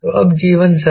तो अब जीवन सरल है